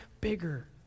bigger